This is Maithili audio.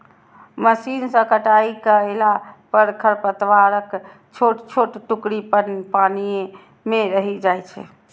मशीन सं कटाइ कयला पर खरपतवारक छोट छोट टुकड़ी पानिये मे रहि जाइ छै